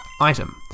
item